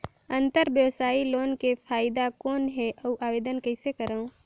अंतरव्यवसायी लोन के फाइदा कौन हे? अउ आवेदन कइसे करव?